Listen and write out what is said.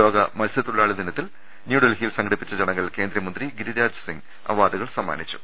ലോകമത്സ്യ ത്തൊഴിലാളി ദിനത്തിൽ ന്യൂഡൽഹിയിൽ സംഘട്ടിപ്പിച്ച ചടങ്ങിൽ കേന്ദ്രമന്ത്രി ഗിരിരാജ് സിങ്ങ് അവാർഡുകൾ സമ്മാനിച്ചു